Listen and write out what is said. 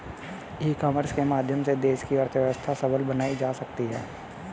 ई commerce के माध्यम से देश की अर्थव्यवस्था सबल बनाई जा सकती है